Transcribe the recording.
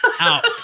out